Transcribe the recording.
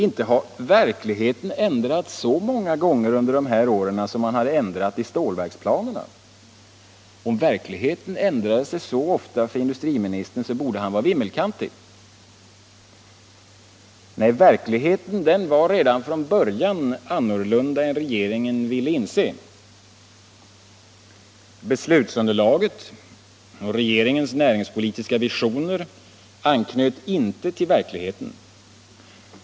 Inte har verkligheten ändrats så många gånger under de här åren som man har ändrat i stålverksplanerna. Om verkligheten ändrade sig så ofta för industriministern, borde han vara vimmelkantig. Nej, verkligheten var redan från början annorlunda än regeringen ville inse. Beslutsunderlaget och regeringens näringspolitiska visioner anknöt inte till verkligheten.